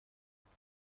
درست